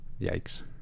yikes